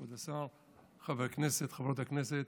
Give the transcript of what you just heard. כבוד השר, חברי הכנסת, חברות הכנסת,